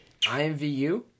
IMVU